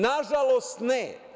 Nažalost, ne.